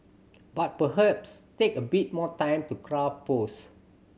but perhaps take a bit more time to craft posts